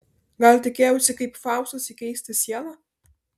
gal tikėjausi kaip faustas įkeisti sielą